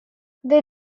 they